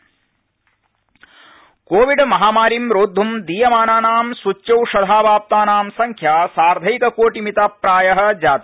Covid द्यतनम् Covid महामारीं रोद्धुं दीयमानानां सूच्यौषधावाप्तानां संख्या सार्थैककोटिमिता प्राय जाता